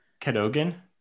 Cadogan